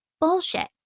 Bullshit